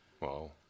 Wow